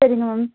சரிங்க மேம்